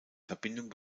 verbindung